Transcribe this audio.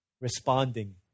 responding